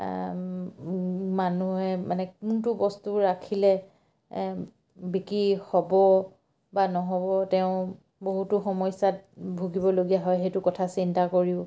মানুহে মানে কোনটো বস্তু ৰাখিলে বিকি হ'ব বা নহ'ব তেওঁ বহুতো সমস্যাত ভুগিবলগীয়া হয় সেইটো কথা চিন্তা কৰিও